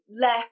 left